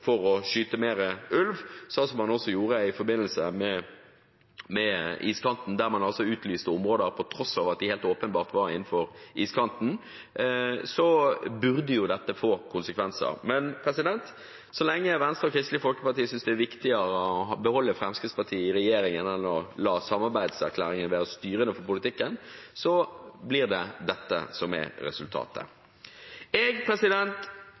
for å skyte mer ulv, og sånn som man også gjorde i forbindelse med iskanten, der man utlyste områder på tross av at de helt åpenbart var innenfor iskanten, burde dette få konsekvenser. Men så lenge Venstre og Kristelig Folkeparti synes det er viktigere å beholde Fremskrittspartiet i regjering enn å la samarbeidserklæringen være styrende for politikken, blir dette resultatet. SV er med på og støtter alle forslagene som foreligger. Jeg